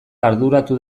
arduratu